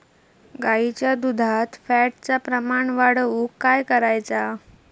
गाईच्या दुधात फॅटचा प्रमाण वाढवुक काय करायचा?